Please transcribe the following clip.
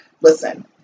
listen